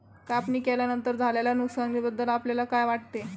कापणी केल्यानंतर झालेल्या नुकसानीबद्दल आपल्याला काय वाटते?